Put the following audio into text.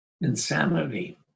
insanity